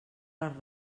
les